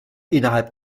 innerhalb